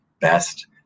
best